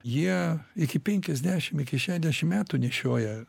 jie iki penkiasdešim iki šešiasdešim metų nešioja